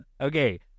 Okay